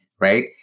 right